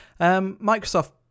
Microsoft